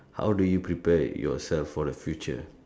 how do you prepare yourself for the future